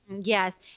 Yes